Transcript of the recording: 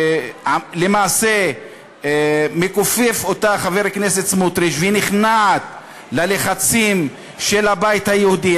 למעשה מכופף אותה חבר הכנסת סמוטריץ והיא נכנעת ללחצים של הבית היהודי,